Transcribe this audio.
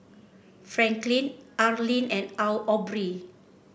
Franklin Arlyne and Aubree